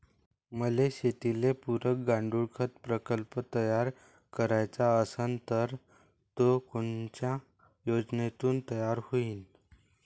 मले शेतीले पुरक गांडूळखत प्रकल्प तयार करायचा असन तर तो कोनच्या योजनेतून तयार होईन?